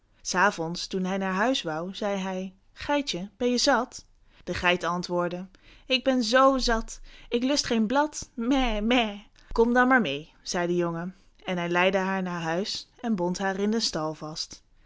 s avonds toen hij naar huis woû zei hij geitje ben je zat de geit antwoordde ik ben zoo zat ik lust geen blad mè mè kom dan maar meê zei de jongen en hij leidde haar naar huis en bond haar in den